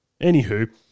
Anywho